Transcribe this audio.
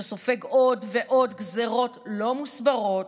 שסופג עוד ועוד גזרות לא מוסברות,